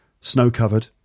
Snow-covered